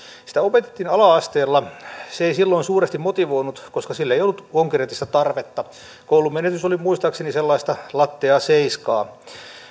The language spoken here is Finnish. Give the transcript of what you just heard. sitä opetettiin ala asteella se ei silloin suuresti motivoinut koska sille ei ollut konkreettista tarvetta koulumenestys oli muistaakseni sellaista latteaa seiskaa